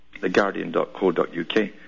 theguardian.co.uk